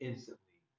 Instantly